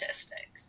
statistics